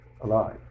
alive